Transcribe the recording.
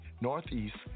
Northeast